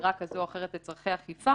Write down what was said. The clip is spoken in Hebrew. לזירה כזו או אחרת לצורכי אכיפה